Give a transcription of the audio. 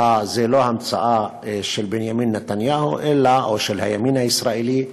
זאת לא המצאה של בנימין נתניהו או של הימין הישראלי,